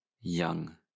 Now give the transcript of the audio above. young